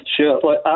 Sure